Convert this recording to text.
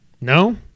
No